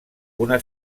una